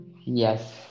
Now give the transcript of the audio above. yes